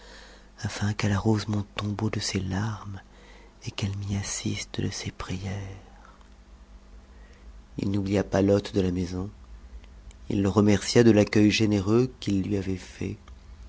afin qu'elle arrose mon tombeau de ses larmes et qu'elle m'y assiste de ses prières il n'oublia pas l'hôte de la maison il le remercia de l'acr cueit généreux qu'il lui avait fait